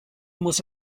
muss